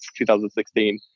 2016